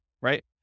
right